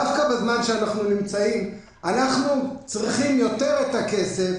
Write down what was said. דווקא בזמן שאנחנו נמצאים, אנחנו צריכים את הכסף